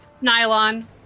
nylon